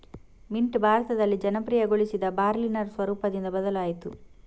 mint ಭಾರತದಲ್ಲಿ ಜನಪ್ರಿಯಗೊಳಿಸಿದ Berliner ಸ್ವರೂಪದಿಂದ ಬದಲಾಯಿತು